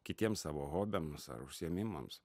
kitiem savo hobiams ar užsiėmimams